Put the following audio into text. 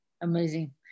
Amazing